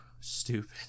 stupid